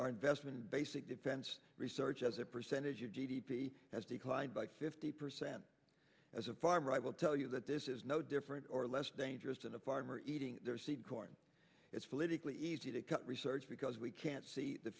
our investment basic defense research as a percentage of g d p has declined by fifty percent as a farmer i will tell you that this is no different or less dangerous than a farmer eating their seed corn it's politically easy to cut research because we can't see the